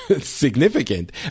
significant